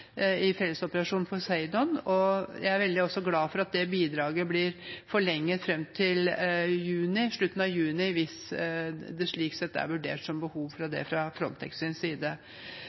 fellesoperasjon Poseidon, og jeg er også veldig glad for at det bidraget blir forlenget fram til slutten av juni, hvis det vurderes å være behov for det fra Frontex’ side.